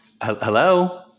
Hello